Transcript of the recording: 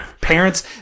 parents